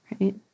right